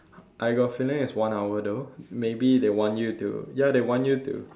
I got a feeling it's one hour though maybe they want you to ya they want you to